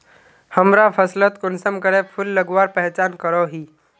हमरा फसलोत कुंसम करे फूल लगवार पहचान करो ही?